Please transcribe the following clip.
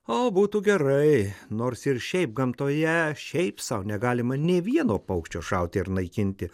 o būtų gerai nors ir šiaip gamtoje šiaip sau negalima nei vieno paukščio šauti ir naikinti